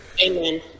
amen